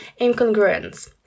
incongruence